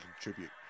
contribute